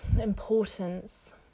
importance